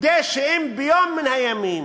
כדי שאם ביום מן הימים